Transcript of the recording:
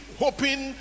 hoping